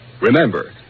Remember